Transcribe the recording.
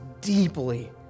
deeply